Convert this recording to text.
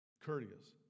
courteous